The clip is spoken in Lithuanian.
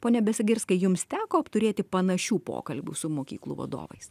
pone besagirskai jums teko apturėti panašių pokalbių su mokyklų vadovais